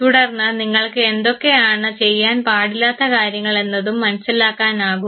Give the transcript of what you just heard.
തുടർന്ന് നിങ്ങൾക്ക് എന്തൊക്കെയാണ് ചെയ്യാൻ പാടില്ലാത്ത കാര്യങ്ങൾ donts എന്നതും മനസ്സിലാക്കാനാകും